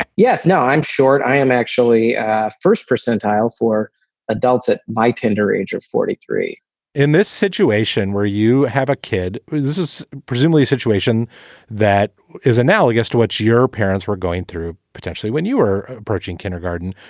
yes. now i'm short. i am actually first percentile for adults at my tender age of forty three in this situation where you have a kid, this is presumably a situation that is analogous to what's your parents were going through potentially when you were approaching kindergarten.